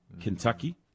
Kentucky